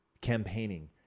Campaigning